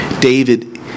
David